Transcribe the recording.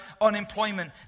unemployment